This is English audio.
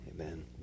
Amen